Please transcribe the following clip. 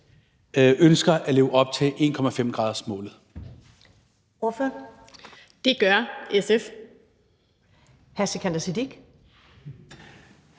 ønsker at leve op til 1,5-gradersmålet.